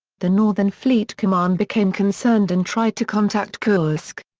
the northern fleet command became concerned and tried to contact kursk.